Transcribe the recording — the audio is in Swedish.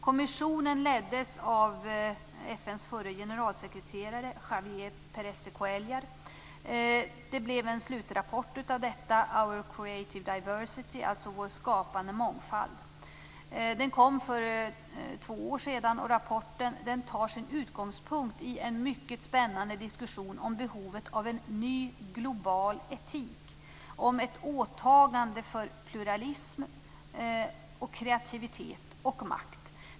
Kommissionen leddes av FN:s förre generalsekreterare Javier Pérez de Cuellar. Det blev en slutrapport - Our creative diversity, Vår skapande mångfald. Den kom för två år sedan. Rapporten tar sin utgångspunkt i en mycket spännande diskussion om behovet av en ny global etik, ett åtagande för pluralism, kreativitet och makt.